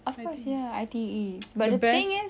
of course ya I_T_E but the thing is